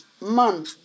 man